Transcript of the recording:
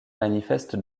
manifeste